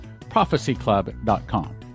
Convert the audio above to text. prophecyclub.com